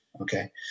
Okay